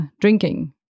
drinking